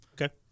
Okay